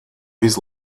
his